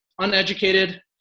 uneducated